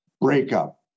breakup